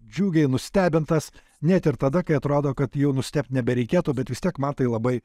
džiugiai nustebintas net ir tada kai atrodo kad jau nustebt nebereikėtų bet vis tiek man tai labai